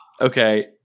Okay